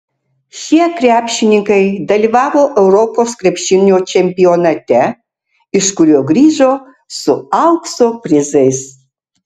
šie krepšininkai dalyvavo europos krepšinio čempionate iš kurio grįžo su aukso prizais